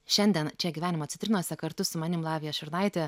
šiandien čia gyvenimo citrinose kartu su manim lavija šurnaite